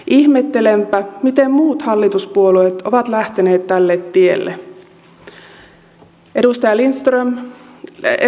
ihmettelenpä miten muut hallituspuolueet ovat lähteneet tälle tielle